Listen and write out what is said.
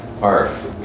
arf